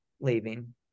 leaving